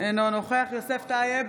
אינו נוכח יוסף טייב,